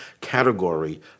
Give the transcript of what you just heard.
category